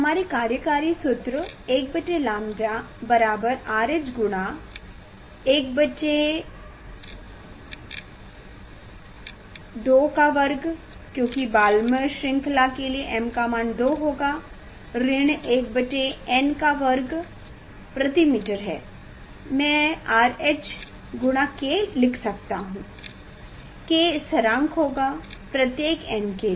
हमारे कार्यकारी सूत्र 1 बटे lambda बराबर RH गुना 1 बटे 2 वर्ग क्योंकि बाल्मर श्रृंखला के लिए m का मान 2 होगा ऋण 1 बटे n वर्ग प्रति मीटर है मैं RH गुना K लिख सकता हूं K स्थिरांक होगा प्रत्येक n के लिए